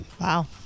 Wow